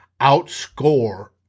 outscore